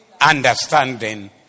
understanding